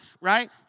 right